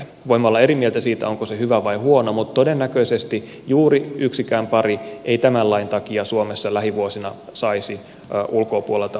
voimme olla eri mieltä siitä onko se hyvä vai huono asia mutta todennäköisesti juuri yksikään pari ei tämän lain takia suomessa lähivuosina saisi ulkopuolelta adoptoitua lasta